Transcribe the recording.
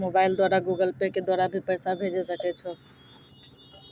Mobile द्वारा Google Pay के द्वारा भी पैसा भेजै सकै छौ?